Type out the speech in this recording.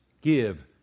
give